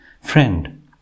friend